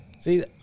See